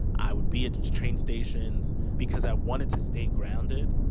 i would be at train stations because i wanted to stay grounded.